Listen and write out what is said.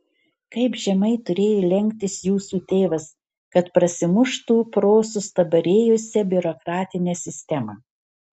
kaip žemai turėjo lenktis jūsų tėvas kad prasimuštų pro sustabarėjusią biurokratinę sistemą